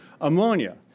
Ammonia